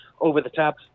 over-the-top